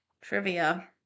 trivia